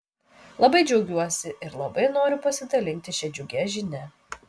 labai džiaugiuosi ir labai noriu pasidalinti šia džiugia žinia